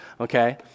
okay